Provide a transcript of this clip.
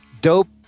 dope